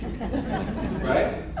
Right